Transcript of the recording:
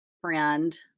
friend